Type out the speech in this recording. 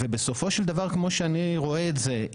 ובסופו של דבר כפי שאני רואה את זה,